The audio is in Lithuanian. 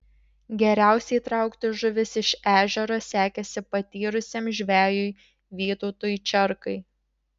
geriausiai traukti žuvis iš ežero sekėsi patyrusiam žvejui vytautui čerkai